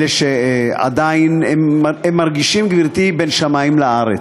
אלה שעדיין מרגישים, גברתי, בין שמים לארץ,